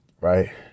right